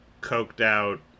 coked-out